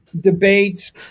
debates